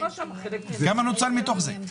10:55) כמה נוצל מתוך זה?